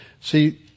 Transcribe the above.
See